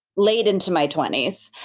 late into my twenty s.